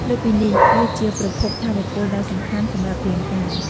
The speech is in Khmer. លើសពីនេះ វាជាប្រភពថាមពលដ៏សំខាន់សម្រាប់រាងកាយ។